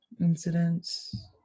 incidents